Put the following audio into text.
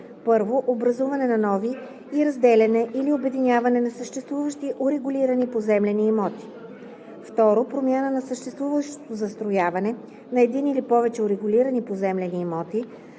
1. образуване на нови и разделяне или обединяване на съществуващи урегулирани поземлени имоти; 2. промяна на съществуващо застрояване на един или повече урегулирани поземлени имоти